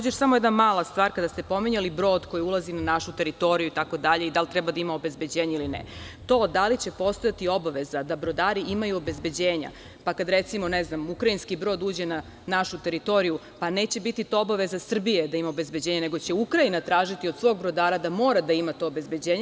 Još jedna stvar, kada ste pominjali brod koji ulazi na našu teritoriju itd, da li treba da ima obezbeđenje ili ne, to da li će postojati obaveza da brodari imaju obezbeđenje, pa je recimo kada ukrajinski brod uđe na našu teritoriju neće biti obaveza Srbije da ima obezbeđenje, nego će Ukrajina tražiti od svog brodara da mora da ima to obezbeđenje.